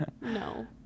No